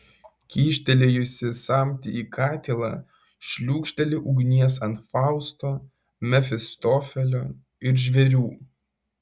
kyštelėjusi samtį į katilą šliūkšteli ugnies ant fausto mefistofelio ir žvėrių